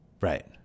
Right